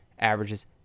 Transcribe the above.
averages